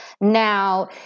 Now